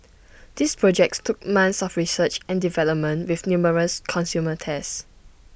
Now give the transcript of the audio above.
these projects took months of research and development with numerous consumer tests